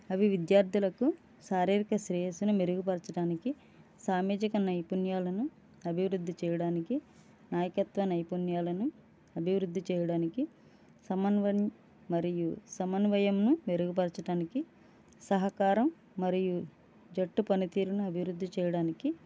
అవి విద్యార్థులకు శారీరక శ్రేయస్సును మెరుగుపరచడానికి సామాజిక నైపుణ్యాలను అభివృద్ధి చేయడానికి నాయకత్వ నైపుణ్యాలను అభివృద్ధి చేయడానికి సమన్వయ మరియు సమన్వయంను మెరుగుపరచడానికి సహకారం మరియు జట్టు పనితీరుని అభివృద్ధి చేయడానికి